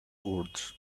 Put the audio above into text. words